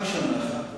רק שנה אחת.